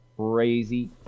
crazy